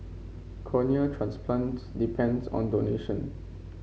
cornea transplants depends on donation